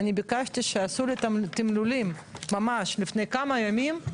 ואני ביקשתי שיעשו את התמלולים ממש לפני כמה ימים,